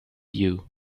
you